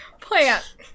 Plant